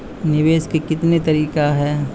निवेश के कितने तरीका हैं?